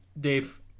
Dave